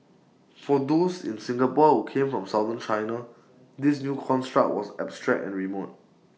for those in Singapore who came from southern China this new construct was abstract and remote